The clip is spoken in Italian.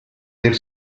del